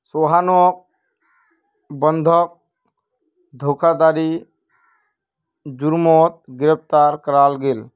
सोहानोक बंधक धोकधारी जुर्मोत गिरफ्तार कराल गेल